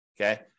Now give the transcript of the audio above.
Okay